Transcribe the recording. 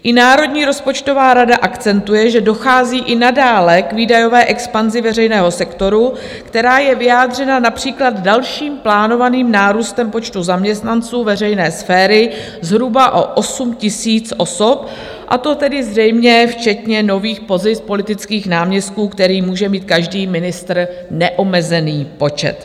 I Národní rozpočtová rada akcentuje, že dochází i nadále k výdajové expanzi veřejného sektoru, která je vyjádřena například dalším plánovaným nárůstem počtu zaměstnanců veřejné sféry zhruba o 8 000 osob, a to tedy zřejmě včetně nových pozic politických náměstků, kterých může mít každý ministr neomezený počet.